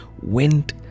went